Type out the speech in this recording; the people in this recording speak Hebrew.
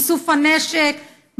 איסוף הנשק,